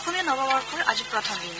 অসমীয়া নৱবৰ্যৰ আজি প্ৰথম দিন